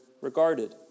regarded